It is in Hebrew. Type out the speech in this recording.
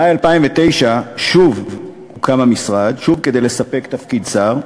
במאי 2009 שוב הוקם המשרד, שוב כדי לספק תפקיד שר.